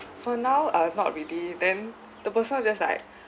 for now uh not really then the person just like